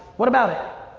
what about it?